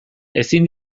ezin